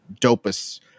dopest